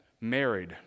married